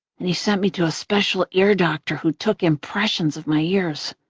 and he sent me to a special ear doctor who took impressions of my ears.